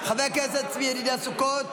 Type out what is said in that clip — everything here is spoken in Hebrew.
חבר הכנסת צבי ידידיה סוכות